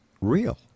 real